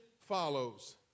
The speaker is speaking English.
follows